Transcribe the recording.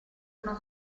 uno